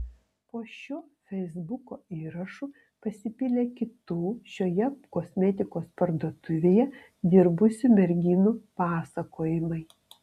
po šiuo feisbuko įrašu pasipylė kitų šioje kosmetikos parduotuvėje dirbusių merginų pasakojimai